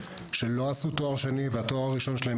שלא עשו תואר שני והתואר הראשון שלהם